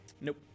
Nope